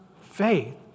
faith